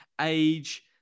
Age